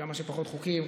כמה שפחות חוקים,